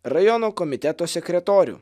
rajono komiteto sekretorių